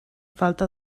falta